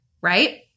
right